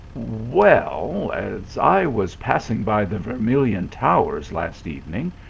well as i was passing by the vermilion tow ers, last evening,